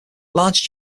large